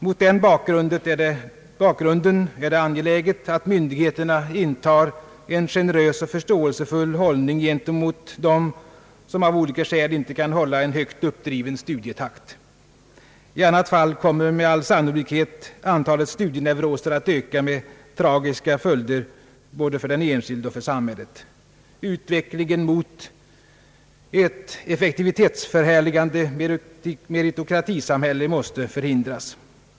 Mot den bakgrunden är det angeläget att myndigheterna intar en generös och förståendefull hållning gentemot den som av olika skäl inte kan hålla en högt uppdriven studietakt. I annat fall kommer med all sannolikhet antalet studienevroser att öka med tragiska följder både för den enskilde och för samhället. Utvecklingen mot ett effektivitetsförhärligande meritokratisamhälle måste förhindras.